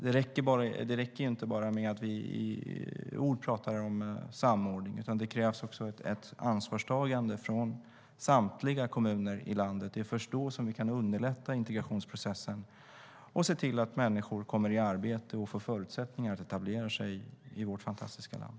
Det räcker inte med att bara i ord prata om samordning. Det krävs också ett ansvarstagande från samtliga kommuner i landet. Det är först då som vi kan underlätta integrationsprocessen och se till att människor kommer i arbete och får förutsättningar att etablera sig i vårt fantastiska land.